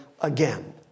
again